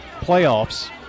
playoffs